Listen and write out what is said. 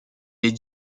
les